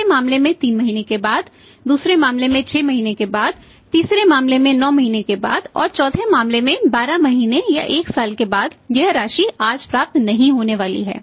पहले मामले में 3 महीने के बाद दूसरे मामले में 6 महीने के बाद तीसरे मामले में 9 महीने के बाद और चौथे मामले में 12 महीने या एक साल के बाद यह राशि आज प्राप्त नहीं होने वाली है